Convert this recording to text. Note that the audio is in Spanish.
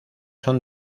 son